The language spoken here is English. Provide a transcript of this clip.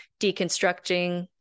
deconstructing